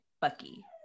bucky